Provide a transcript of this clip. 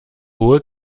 hohe